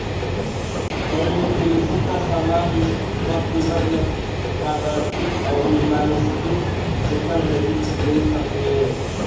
hedge में कृषि कअ समान कअ कीमत में पारदर्शिता अउरी मानकीकृत कुशल हेजिंग मिल सके